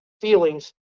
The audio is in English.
feelings